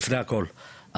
לפני הכול,